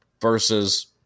versus